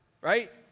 right